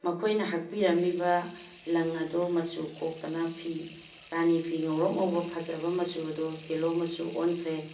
ꯃꯈꯣꯏꯅ ꯍꯛꯄꯤꯔꯝꯃꯤꯕ ꯂꯪ ꯑꯗꯣ ꯃꯆꯨ ꯀꯣꯛꯇꯅ ꯐꯤ ꯔꯥꯅꯤ ꯐꯤ ꯉꯧꯔꯣꯛ ꯉꯧꯕ ꯐꯖꯕ ꯃꯆꯨ ꯑꯗꯣ ꯌꯦꯜꯂꯣ ꯃꯆꯨ ꯑꯣꯟꯈ꯭ꯔꯦ